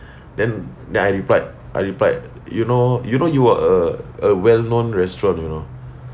then then I replied I replied you know you know you are a a well-known restaurant you know